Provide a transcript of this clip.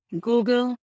Google